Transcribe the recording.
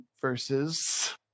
versus